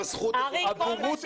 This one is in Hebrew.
הבורות והשקרים הם מנת חלקך,